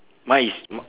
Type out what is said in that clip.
mien is m~